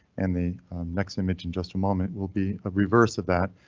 and the next image in just a moment will be a reverse of that.